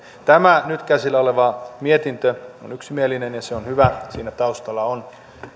tämä nyt käsillä oleva mietintö on yksimielinen ja se on hyvä siinä taustalla on